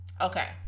okay